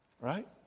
Right